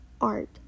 Art